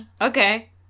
okay